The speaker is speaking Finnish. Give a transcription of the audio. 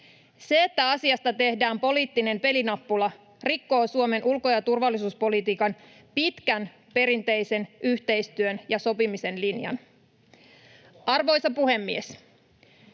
Se, että asiasta tehdään poliittinen pelinappula, rikkoo Suomen ulko- ja turvallisuuspolitiikan pitkän ja perinteisen yhteistyön ja sopimisen linjan. Arvoisa puhemies!